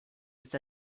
ist